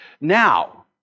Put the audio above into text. now